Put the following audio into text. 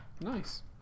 Nice